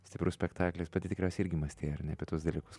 stiprus spektaklis pati tikriausiai irgi mąstei ar ne apie tuos dalykus